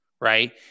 Right